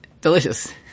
Delicious